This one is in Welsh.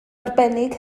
arbennig